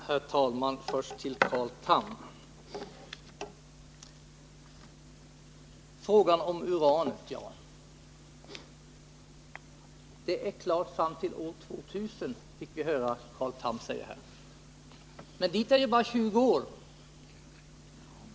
Herr talman! Först till Carl Tham när det gäller frågan om uranet. Det är klart fram till år 2000, fick vi höra Carl Tham säga. Men dit är det bara 20 år.